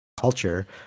culture